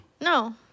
No